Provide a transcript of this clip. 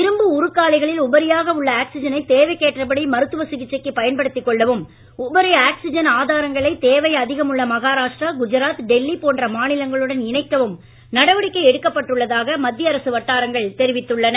இரும்பு உருக்காலைகளில் உபரியாக உள்ள ஆக்சிஜனை தேவைக்கேற்றபடி மருத்துவ சிகிச்சைக்கு பயன்படுத்திக் கொள்ளவும் உபரி ஆக்சிஜன் ஆதாரங்களை தேவை அதிகம் உள்ள மகாராஷ்டிரா குஜராத் டெல்லி போன்ற மாநிலங்களுடன் இணைக்கவும் நடவடிக்கை எடுக்கப்பட்டு உள்ளதாக மத்திய அரசு வட்டாரங்கள் தெரிவித்துள்ளன